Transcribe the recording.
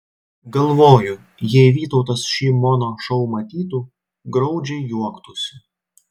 galvoju jei vytautas šį mono šou matytų graudžiai juoktųsi